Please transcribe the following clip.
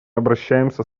обращаемся